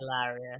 hilarious